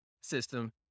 system